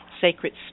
sacred